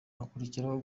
hakurikiraho